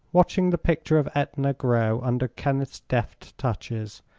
watching the picture of etna grow under kenneth's deft touches,